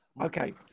Okay